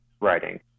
writing